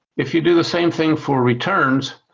if you do the same thing for returns,